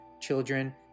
children